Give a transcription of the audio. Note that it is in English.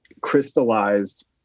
crystallized